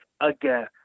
again